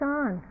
on